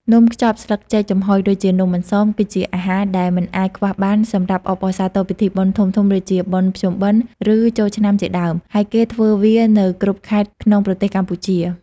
នំខ្ចប់ស្លឹកចេកចំហុយ ដូចជានំអន្សម គឺជាអាហារដែលមិនអាចខ្វះបានសម្រាប់អបអរសាទរពិធីបុណ្យធំៗដូចជាបុណ្យភ្ជុំបិណ្ឌ ឬចូលឆ្នាំជាដើម ហើយគេធ្វើវានៅគ្រប់ខេត្តក្នុងប្រទេសកម្ពុជា។។